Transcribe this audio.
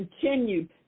continued